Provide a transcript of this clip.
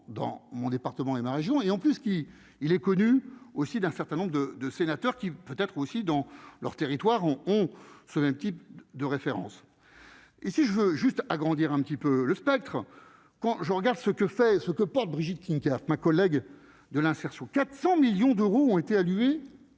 dans mon département et la région, et en plus qui il est connu aussi d'un certain nombre de de sénateurs qui peut-être aussi dans leur territoire, ont ce même type de référence et si je veux juste agrandir un petit peu le spectre quand je regarde ce que fait ce que porte Brigitte Klinkert ma collègue de l'insertion 400 millions d'euros ont été alloués